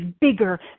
bigger